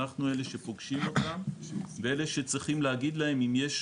אנחנו אלו שפוגשים אותם ואלו שצריכים להגיד להם אם יש